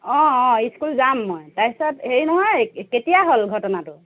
অঁ অঁ ইস্কুল যাম মই তাৰ পিছত হেৰি নহয় কেতিয়া হ'ল ঘটনাটো